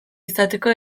izateko